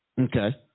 Okay